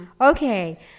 Okay